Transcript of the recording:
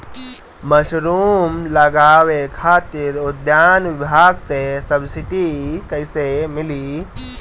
Mushroom लगावे खातिर उद्यान विभाग से सब्सिडी कैसे मिली?